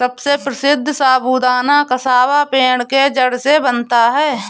सबसे प्रसिद्ध साबूदाना कसावा पेड़ के जड़ से बनता है